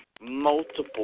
multiple